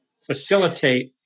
facilitate